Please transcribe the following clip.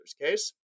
case